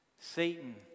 Satan